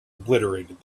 obliterated